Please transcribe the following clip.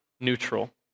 neutral